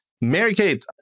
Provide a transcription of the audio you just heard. Mary-Kate